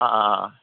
অঁ অঁ অঁ